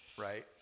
right